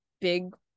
big